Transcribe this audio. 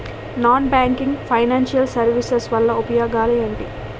Non banking financial services వల్ల ఉపయోగాలు ఎంటి?